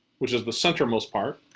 which is the center-most part.